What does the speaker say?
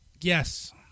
Yes